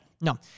no